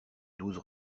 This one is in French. douze